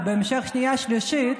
ובהמשך בשנייה ושלישית,